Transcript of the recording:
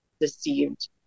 deceived